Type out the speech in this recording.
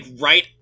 right